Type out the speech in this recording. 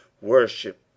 Worship